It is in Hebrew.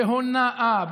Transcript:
בהונאה,